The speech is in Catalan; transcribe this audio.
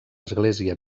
església